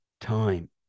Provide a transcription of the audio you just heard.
time